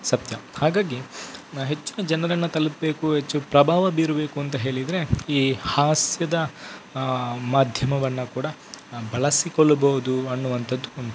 ಸತ್ಯ ಹಾಗಾಗಿ ನಾ ಹೆಚ್ಚಿನ ಜನರನ್ನು ತಲಪಬೇಕು ಹೆಚ್ಚು ಪ್ರಭಾವ ಬೀರಬೇಕು ಅಂತ ಹೇಳಿದ್ರೆ ಈ ಹಾಸ್ಯದ ಮಾಧ್ಯಮವನ್ನು ಕೂಡ ಬಳಸಿಕೊಳ್ಬೋದು ಅನ್ನುವಂತದ್ದು ಒಂದು